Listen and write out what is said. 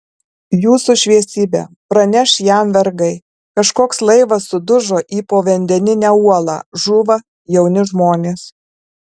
jūsų šviesybe praneš jam vergai kažkoks laivas sudužo į povandeninę uolą žūva jauni žmonės